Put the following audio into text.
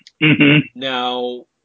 Now